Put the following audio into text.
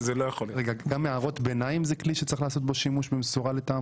גם הערות ביניים זה כלי שצריך לעשות בו שימוש במשורה לטעמך?